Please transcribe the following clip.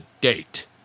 date